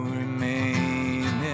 remain